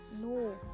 no